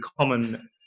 common